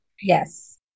Yes